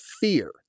fear